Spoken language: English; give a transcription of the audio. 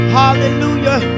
hallelujah